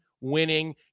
winning